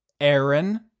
aaron